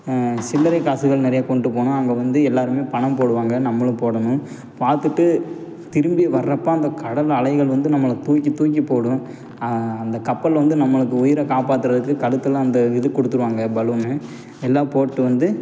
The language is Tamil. சில்லறைக் காசுகள் நிறையா கொண்டுபோகணும் அங்கே வந்து எல்லாருமே பணம் போடுவாங்க நம்மளும் போடணும் பார்த்துட்டு திரும்பி வர்றப்போ அந்த கடல் அலைகள் வந்து நம்மளை தூக்கி தூக்கி போடும் அந்த கப்பலில் வந்து நம்மளுக்கு உயிரை காப்பாற்றுறதுக்கு கழுத்து எல்லாம் அந்த இது கொடுத்துருவாங்க பலூன்னு எல்லாம் போட்டு வந்து